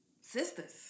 sisters